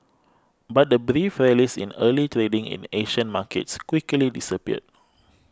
but the brief rallies in early trading in Asian markets quickly disappeared